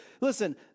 Listen